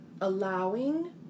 allowing